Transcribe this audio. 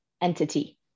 entity